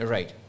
Right